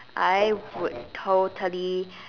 I would totally